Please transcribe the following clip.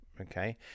okay